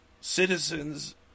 Citizens